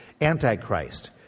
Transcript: Antichrist